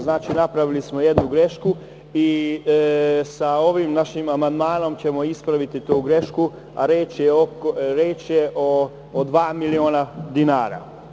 Znači, napravili smo jednu grešku i ovim našim amandmanom ćemo ispraviti tu grešku, a reč je o dva miliona dinara.